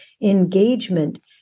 engagement